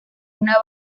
una